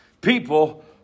people